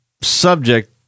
subject